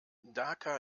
dhaka